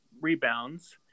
rebounds